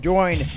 Join